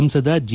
ಸಂಸದ ಜಿ